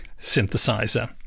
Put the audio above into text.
synthesizer